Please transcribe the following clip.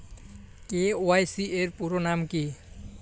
KYC এর পুরোনাম কী?